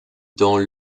dans